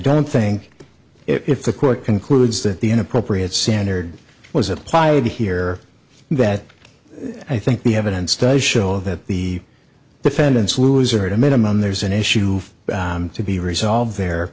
don't think if the court concludes that the inappropriate standard was applied here that i think the evidence does show that the defendants lose or at a minimum there's an issue to be resolved there